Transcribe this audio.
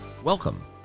Welcome